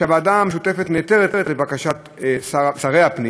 שהוועדה המשותפת נעתרת לבקשת שרי הפנים,